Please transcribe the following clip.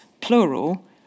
plural